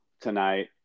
tonight